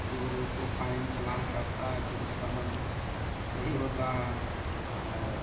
जो उसको फाइन चलान कटता है फिर उसका मन सही होता है और